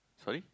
sorry